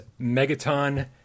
Megaton